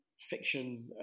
fiction